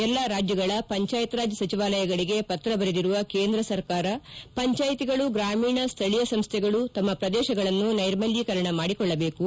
ಎಲ್ಲ ರಾಜ್ಯಗಳ ಪಂಚಾಯಿತ್ ರಾಜ್ ಸಚಿವಾಲಯಗಳಿಗೆ ಪತ್ರ ಬರೆದಿರುವ ಕೇಂದ್ರ ಸರ್ಕಾರ ಪಂಚಾಯಿತಿಗಳು ಗ್ರಾಮೀಣ ಸ್ಥಳೀಯ ಸಂಸ್ಥೆಗಳು ತಮ್ಮ ಪ್ರದೇಶಗಳನ್ನು ನೈರ್ಮಲೀಕರಣ ಮಾಡಿಕೊಳ್ಳಬೇಕು